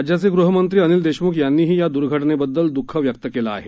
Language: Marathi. राज्याचे गृहमंत्री अनिल देशमुख यांनीही या घटनेबद्दल दुःख व्यक्त केलं आहे